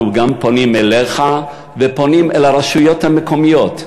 אנחנו גם פונים אליך ופונים אל הרשויות המקומיות: